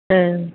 ओं